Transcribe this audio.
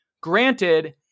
granted